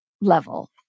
level